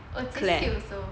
oh jie qi also